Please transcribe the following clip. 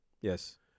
Yes